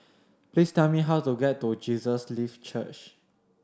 please tell me how to get to Jesus Lives Church